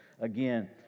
again